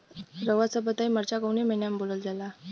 रउआ सभ बताई मरचा कवने महीना में बोवल जाला?